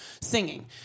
singing